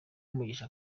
umugisha